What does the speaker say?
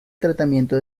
tratamiento